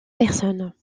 personnes